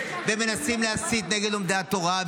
ומנסים להסית נגד לומדי התורה,